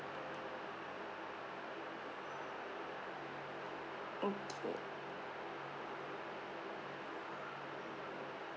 okay